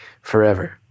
forever